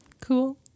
Cool